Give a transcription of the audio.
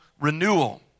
renewal